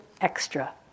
extra